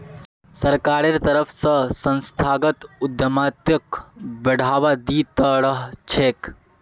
सरकारेर तरफ स संस्थागत उद्यमिताक बढ़ावा दी त रह छेक